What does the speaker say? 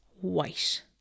white